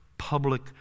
public